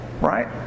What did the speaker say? right